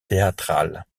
théâtrales